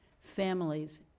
families